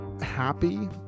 happy